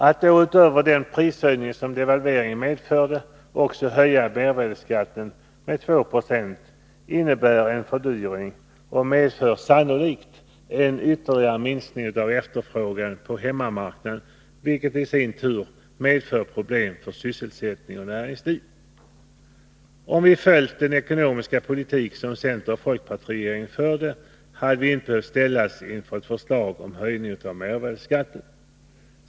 Att då, utöver den prishöjning som devalveringen medförde, också höja mervärdeskatten med 2 20 innebär en ytterligare fördyring och medför sannolikt en ytterligare minskning av efterfrågan på hemmamarknaden, vilket i sin tur medför problem för sysselsättning och näringsliv. Om vi fullföljt den ekonomiska politik som centeroch folkpartiregeringen förde, hade vi inte behövt ställas inför ett förslag om höjning av mervärdeskatten.